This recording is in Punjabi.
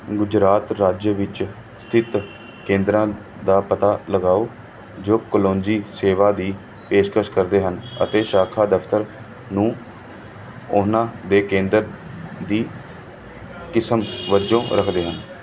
ਗੁਜਰਾਤ ਰਾਜ ਵਿੱਚ ਸਥਿਤ ਕੇਂਦਰਾਂ ਦਾ ਪਤਾ ਲਗਾਓ ਜੋ ਕੋਲੋਂਜੀ ਸੇਵਾਵਾਂ ਦੀ ਪੇਸ਼ਕਸ਼ ਕਰਦੇ ਹਨ ਅਤੇ ਸ਼ਾਖਾ ਦਫ਼ਤਰ ਨੂੰ ਉਹਨਾਂ ਦੇ ਕੇਂਦਰ ਦੀ ਕਿਸਮ ਵਜੋਂ ਰੱਖਦੇ ਹਨ